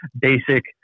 basic